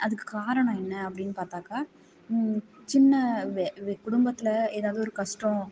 அதுக்கு காரணம் என்ன அப்படினு பார்த்தாக்கா சின்ன குடும்பத்தில் எதாவது ஒரு கஷ்டம்